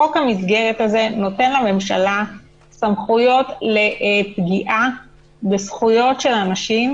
חוק המסגרת הזה נותן לממשלה סמכויות לפגיעה בזכויות של אנשים